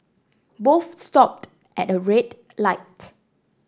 both stopped at a red light